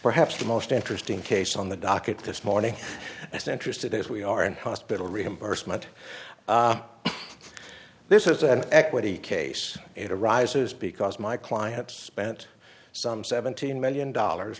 perhaps the most interesting case on the docket this morning that's interested as we are in hospital reimbursement this is an equity case it arises because my client spent some seventeen million dollars